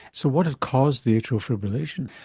so what had caused the atrial fibrillation?